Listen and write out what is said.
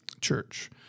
Church